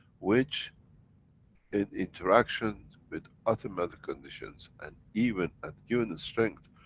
which in interaction with other matter conditions and even, at given strength,